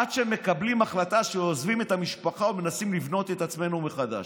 עד שמקבלים החלטה שעוזבים את המשפחה ומנסים לבנות את עצמנו מחדש.